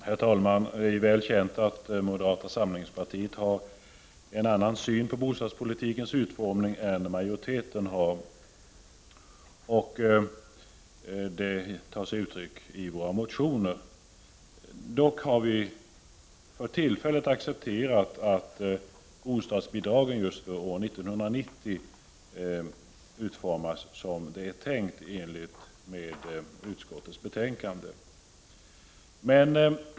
Herr talman! Det är väl känt att moderata samlingspartiet har en annan syn på bostadspolitikens utformning än majoriteten. Detta tar sig uttryck i våra motioner. Dock har vi för tillfället accepterat att bostadsbidragen för 1990 utformas så som föreslås i utskottets betänkande.